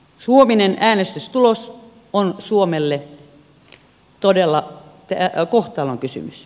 huominen äänestystulos on suomelle todella kohtalonkysymys